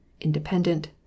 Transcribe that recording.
independent